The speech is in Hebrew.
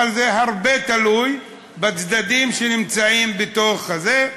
אבל זה הרבה תלוי בצדדים שנמצאים בתוך זה.